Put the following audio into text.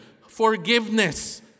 forgiveness